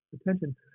attention